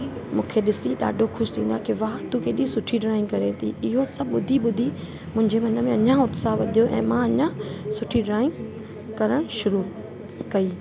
मूंखे ॾिसी ॾाढो ख़ुशि थींदा की वाह तूं केॾी सुठी ड्रॉइंग करे थी इहो सभु ॿुधी ॿुधी मुंहिंजे मन में अञा उत्साह वधियो ऐं मां अञा सुठी ड्रॉइंग करणु शुरू कई